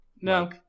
No